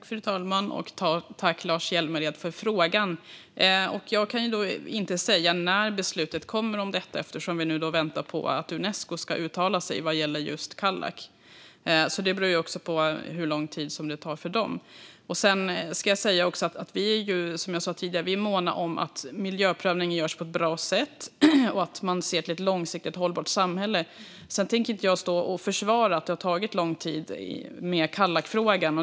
Fru talman! Tack, Lars Hjälmered, för frågan! Jag kan inte säga när beslutet om detta kommer eftersom vi nu väntar på att Unesco ska uttala sig vad gäller Kallak. Det beror också på hur lång tid det tar för dem. Jag ska också säga som jag sa tidigare att vi är måna om att miljöprövningen görs på ett bra sätt och att man ser till ett långsiktigt hållbart samhälle. Sedan tänker inte jag stå och försvara att det har tagit lång tid i Kallakfrågan.